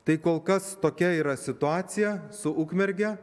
tai kol kas tokia yra situacija su ukmerge